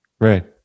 Right